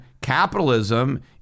capitalism